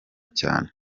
cyane